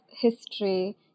history